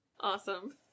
Awesome